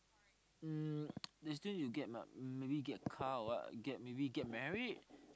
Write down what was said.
um there's still you get but maybe get car or what get maybe get married